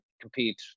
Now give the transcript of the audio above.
compete